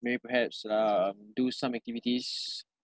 maybe perhaps like um do some activities